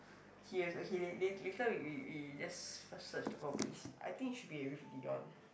serious okay la~ later we we we just first search the whole place I think it should be with Dion